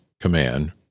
command